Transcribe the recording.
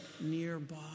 nearby